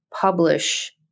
publish